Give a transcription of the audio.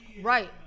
Right